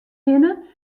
hinne